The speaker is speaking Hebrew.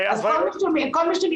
ועל כל מייל שלו הוא קיבל מענה.